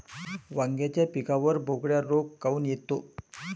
वांग्याच्या पिकावर बोकड्या रोग काऊन येतो?